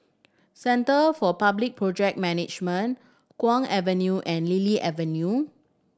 Centre for Public Project Management Kwong Avenue and Lily Avenue